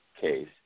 case